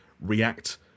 react